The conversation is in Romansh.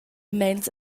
meins